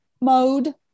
mode